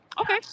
Okay